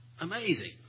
amazing